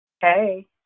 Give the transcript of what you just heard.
Hey